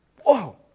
Whoa